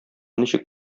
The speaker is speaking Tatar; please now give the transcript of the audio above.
ничек